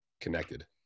connected